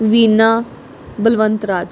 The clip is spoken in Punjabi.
ਵੀਨਾ ਬਲਵੰਤ ਰਾਜ